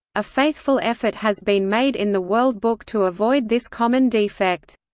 a faithful effort has been made in the world book to avoid this common defect.